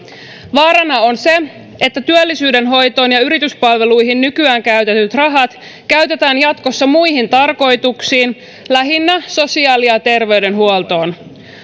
vaarana on se että työllisyyden hoitoon ja yrityspalveluihin nykyään käytetyt rahat käytetään jatkossa muihin tarkoituksiin lähinnä sosiaali ja terveydenhuoltoon